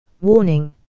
Warning